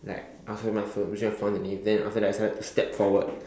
like after fall underneath after that I started to step forward